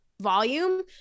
volume